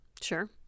sure